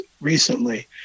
recently